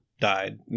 died